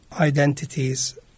identities